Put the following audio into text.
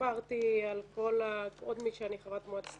סיפרתי על התקופה עוד מהיותי חברת מועצת